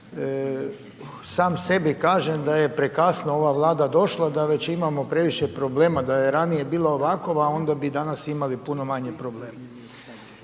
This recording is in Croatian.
sam sebi kažem, da je prekasno ova vlada došla da već imamo previše problema, da je ranije bilo ovako, onda bi danas imali puno manje problema.